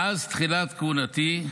מאז תחילת כהונתי,